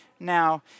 Now